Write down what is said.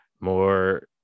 more